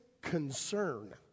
concern